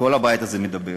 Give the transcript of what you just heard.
כל הבית הזה מדבר